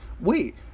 Wait